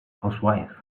housewife